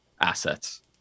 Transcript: assets